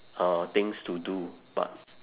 uh things to do but